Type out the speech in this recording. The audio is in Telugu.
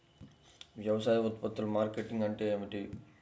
వ్యవసాయ ఉత్పత్తుల మార్కెటింగ్ అంటే ఏమిటి?